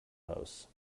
house